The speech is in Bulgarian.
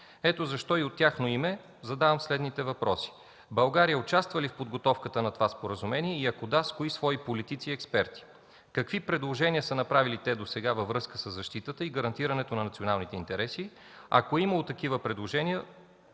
Ето защо и от тяхно име задавам следните въпроси: България участва ли в подготовката на това споразумение и, ако – да, с кои свои политици и експерти? Какви предложения са направили те досега във връзка със защитата и гарантирането на националните интереси? Ако е имало такива предложения,